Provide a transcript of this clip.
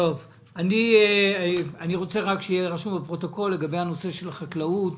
אני רוצה שיהיה רשום בפרוטוקול לגבי החקלאות,